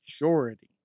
majority